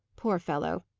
poor fellow!